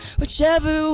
whichever